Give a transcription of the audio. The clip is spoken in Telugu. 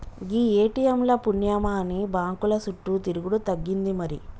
గీ ఏ.టి.ఎమ్ ల పుణ్యమాని బాంకుల సుట్టు తిరుగుడు తగ్గింది మరి